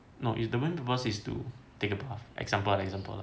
no the main purpose is to take a bath example lah example